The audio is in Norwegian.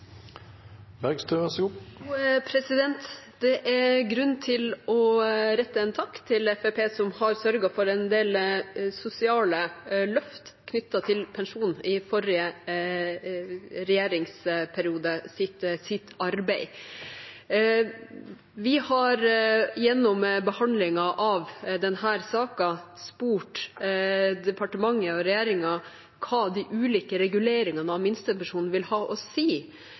grunn til å rette en takk til Fremskrittspartiet, som har sørget for en del sosiale løft knyttet til pensjon i forrige regjeringsperiode. Vi har gjennom behandlingen av denne saken spurt departementet og regjeringen om hva de ulike reguleringene av minstepensjonen vil ha å si.